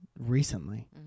recently